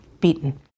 beaten